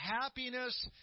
happiness